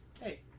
Hey